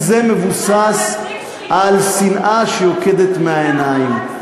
כי זה מבוסס על שנאה שיוקדת מהעיניים.